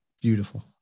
Beautiful